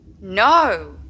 No